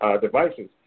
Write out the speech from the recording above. devices